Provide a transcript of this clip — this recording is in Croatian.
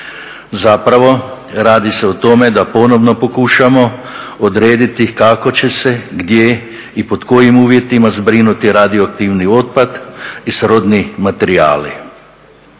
Zapravo radi se o tome da ponovno pokušamo odrediti kako će se, gdje i pod kojim uvjetima zbrinuti radioaktivni otpad i srodni materijali.